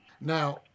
Now